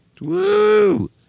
Woo